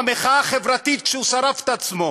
במחאה החברתית כשהוא שרף את עצמו.